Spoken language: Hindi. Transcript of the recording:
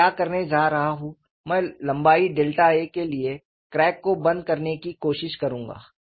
मैं क्या करने जा रहा हूं मैं लंबाई डेल्टा a के लिए क्रैक को बंद करने की कोशिश करूंगा